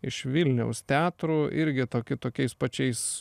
iš vilniaus teatrų irgi tokiu tokiais pačiais